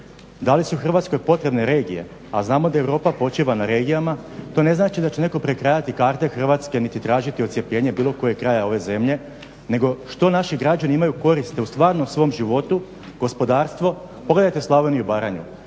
Da li se u Hrvatskoj potrebne regije, a znamo da Europa počiva na regijama? To ne znači da će netko prekrajati karte Hrvatske niti tražiti odcjepljenje bilo kojeg kraja ove zemlje, nego što naši građani imaju koristi u stvarnom svom životu, gospodarstvo. Pogledajte Slavoniju i Baranju,